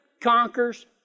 conquers